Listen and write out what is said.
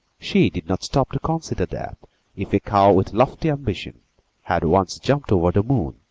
she did not stop to consider that if a cow with lofty ambitions had once jumped over the moon,